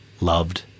loved